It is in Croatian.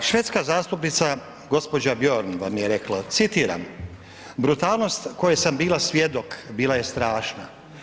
Švedska zastupnica gđa. Bjork vam je rekla, citiram, brutalnost kojoj sam bila svjedok, bila je strašna.